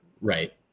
Right